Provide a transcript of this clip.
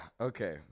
okay